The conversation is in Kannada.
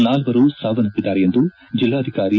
ನಾಲ್ವರು ಸಾವನ್ನಪ್ಪಿದ್ದಾರೆ ಎಂದು ಜೆಲ್ಲಾಧಿಕಾರಿ ಎಸ್